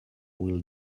will